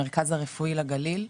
המרכז הרפואי לגליל.